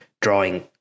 drawing